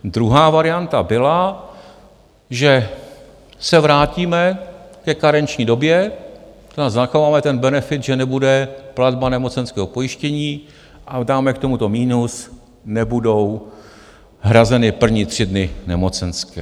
Druhá varianta byla, že se vrátíme ke karenční době, to znamená zachováme ten benefit, že nebude platba nemocenského pojištění a dáme k tomuto minus, nebudou hrazeny první tři dny nemocenské.